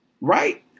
right